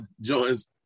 joins